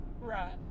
Right